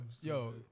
yo